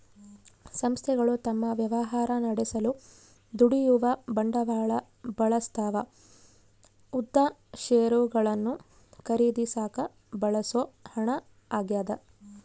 ಸಂಸ್ಥೆಗಳು ತಮ್ಮ ವ್ಯವಹಾರ ನಡೆಸಲು ದುಡಿಯುವ ಬಂಡವಾಳ ಬಳಸ್ತವ ಉದಾ ಷೇರುಗಳನ್ನು ಖರೀದಿಸಾಕ ಬಳಸೋ ಹಣ ಆಗ್ಯದ